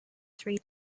three